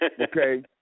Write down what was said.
okay